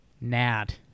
Nad